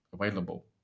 available